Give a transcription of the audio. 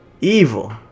Evil